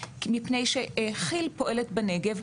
מפני שכי"ל פועלת בנגב,